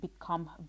become